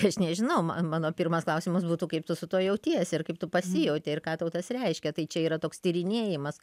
aš nežinau mano pirmas klausimas būtų kaip tu su tuo jautiesi ir kaip tu pasijautei ir ką tau tas reiškia tai čia yra toks tyrinėjimas